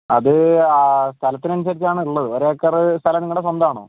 അത് സ്ഥലത്തിനനുസരിച്ചാണ് ഉള്ളത് ഒരേക്കറ് സ്ഥലം നിങ്ങളുടെ സ്വന്തമാണോ